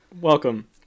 welcome